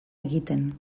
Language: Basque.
egiten